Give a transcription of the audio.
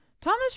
Thomas